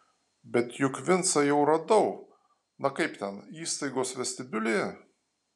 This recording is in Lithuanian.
bet juk vincą jau radau na kaip ten įstaigos vestibiulyje